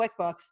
QuickBooks